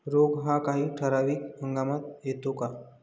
रोग हा काही ठराविक हंगामात येतो का?